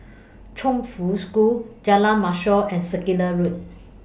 Chongfu School Jalan Mashor and Circular Road